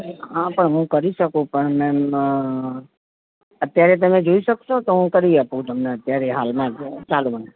હા પણ હું કરી શકું પણ મેમ અત્યારે તમે જોઈ શકશો તો હું કરી તમને આપું અત્યારે હાલમાં ચાલુમાં